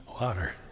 Water